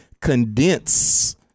condense